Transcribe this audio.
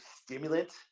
stimulant